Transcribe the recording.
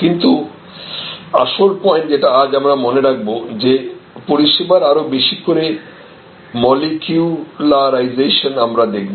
কিন্তু আসল পয়েন্ট যেটা আজ আমরা মনে রাখব যে পরিষেবার আরো বেশি করে মলিকিউলারাইসেশন আমরা দেখব